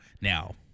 Now